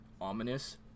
Ominous